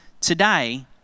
Today